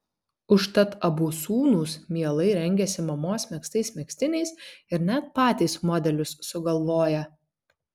užtat abu sūnūs mielai rengiasi mamos megztais megztiniais ir net patys modelius sugalvoja